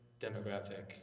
demographic